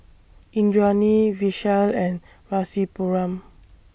Indranee Vishal and Rasipuram